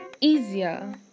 easier